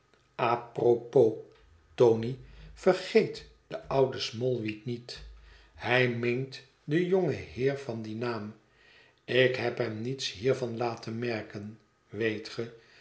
apropos tony vergeet den ouden smallweed niet hij meent den jongen heer van dien naam ik heb hem niets hiervan laten merken weet ge